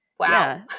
wow